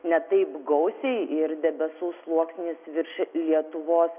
ne taip gausiai ir debesų sluoksnis virš lietuvos